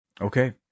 Okay